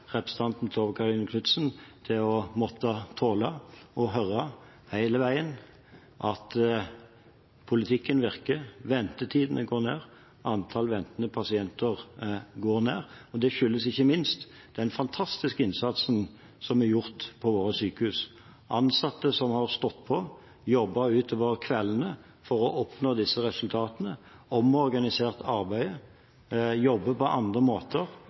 representanten Tove Karoline Knutsen til å måtte tåle å høre – hele veien – at politikken virker, ventetidene går ned, og antall ventende pasienter går ned. Det skyldes ikke minst den fantastiske innsatsen som er gjort på våre sykehus, ansatte som har stått på og jobbet utover kveldene for å oppnå disse resultatene, omorganisert arbeidet og jobbet på andre måter